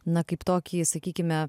na kaip tokį sakykime